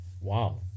Wow